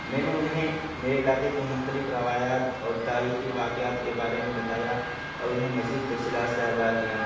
میں نے انہیں میرے علاقے کے مختلف روایات اور تاریخی واقعات کے بارے میں بتایا اور انہیں مزید تفصیلات سے آگاہ کیا